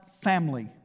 family